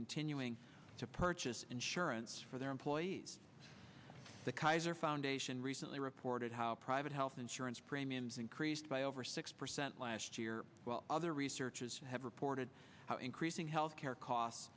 continuing to purchase insurance for their employees the kaiser foundation recently reported how private health insurance premiums increased by over six percent last year while other researchers have reported how increasing health care costs